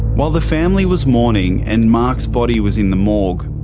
while the family was mourning and mark's body was in the morgue,